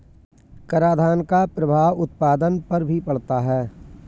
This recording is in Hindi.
करादान का प्रभाव उत्पादन पर भी पड़ता है